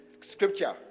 scripture